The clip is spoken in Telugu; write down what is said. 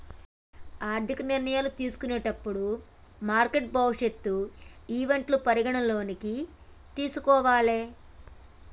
ఆర్థిక నిర్ణయాలు తీసుకునేటప్పుడు మార్కెట్ భవిష్యత్ ఈవెంట్లను పరిగణనలోకి తీసుకోవాలే